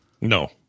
no